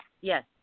Yes